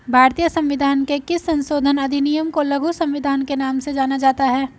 भारतीय संविधान के किस संशोधन अधिनियम को लघु संविधान के नाम से जाना जाता है?